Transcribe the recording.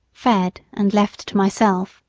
fed, and left to myself.